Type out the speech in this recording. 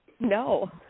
No